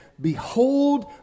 Behold